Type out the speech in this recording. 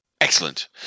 Excellent